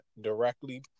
directly